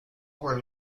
were